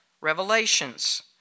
revelations